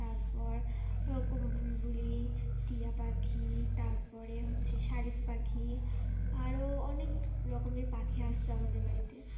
তারপর ওরকম বুলবুলি পাখি তারপরে হচ্ছে শলিক পাখি আরও অনেক রকমের পাখি আসতো আমাদের বাড়িতে